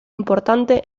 importante